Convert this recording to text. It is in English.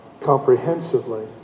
comprehensively